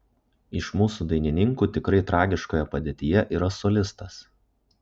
iš mūsų dainininkų tikrai tragiškoje padėtyje yra solistas